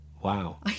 Wow